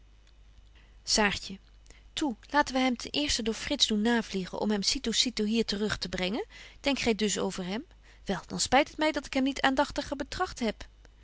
saartje toe laten wy hem ten eersten door frits doen navliegen om hem cito cito hier te rug te brengen denkt gy dus over hem wel dan spyt het my dat ik hem niet aandagtiger betragt heb